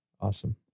Awesome